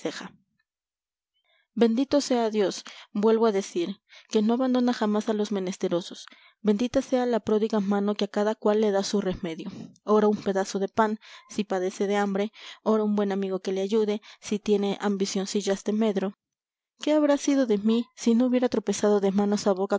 bendito sea dios vuelvo a decir que no abandona jamás a los menesterosos bendita sea la pródiga mano que a cada cual le da su remedio ora un pedazo de pan si padece hambre ora un buen amigo que le ayude si tiene ambicioncillas de medro qué habría sido de mí si no hubiera tropezado de manos a boca